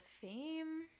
fame